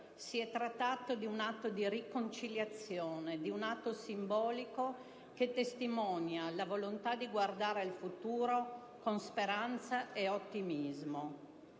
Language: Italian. Si è trattato di un atto di riconciliazione, di un atto simbolico che testimonia la volontà di guardare al futuro con speranza ed ottimismo,